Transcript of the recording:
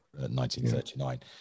1939